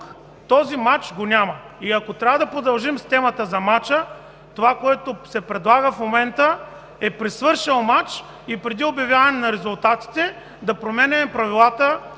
този мач го няма. Ако трябва да продължим с темата за мача, това, което се предлага в момента, е – при свършил мач и преди обявяване на резултатите, да променяме правилата